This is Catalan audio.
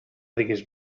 diguis